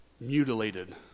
mutilated